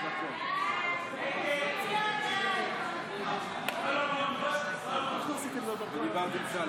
הצעת סיעת ישראל ביתנו להביע אי-אמון בממשלה